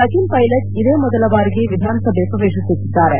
ಸಚನ್ ಪೈಲಟ್ ಇದೇ ಮೊದಲ ಬಾರಿಗೆ ವಿಧಾನಸಭೆ ಪ್ರವೇಶಿಸುತ್ತಿದ್ದಾರೆ